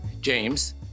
James